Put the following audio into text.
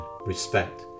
respect